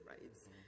rights